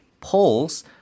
polls